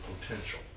potential